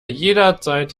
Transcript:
jederzeit